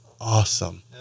awesome